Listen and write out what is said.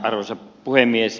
arvoisa puhemies